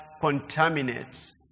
contaminates